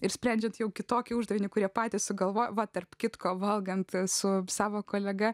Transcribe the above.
ir sprendžiant jau kitokį uždavinį kurie patys sugalvojo va tarp kitko valgant su savo kolega